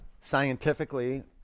scientifically